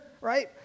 right